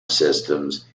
systems